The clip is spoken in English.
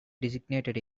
designated